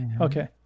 Okay